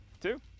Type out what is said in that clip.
two